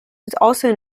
also